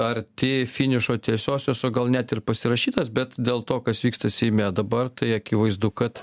arti finišo tiesiosios o gal net ir pasirašytas bet dėl to kas vyksta seime dabar tai akivaizdu kad